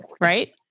right